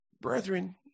Brethren